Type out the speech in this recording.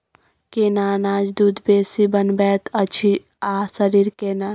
केना अनाज दूध बेसी बनबैत अछि आ शरीर केना?